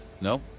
No